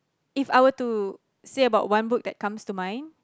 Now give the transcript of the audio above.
If I were to say about one book that comes to mind